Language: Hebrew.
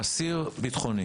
אסיר בטחוני